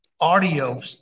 audio